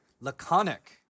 laconic